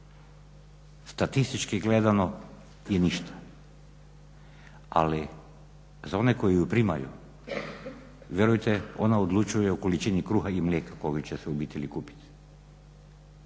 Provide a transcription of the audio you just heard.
Statistički gledano je ništa ali za one koji ju primaju vjerujte ona odlučuje o količini kruha i mlijeka koji će se u obitelji kupiti.